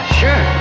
sure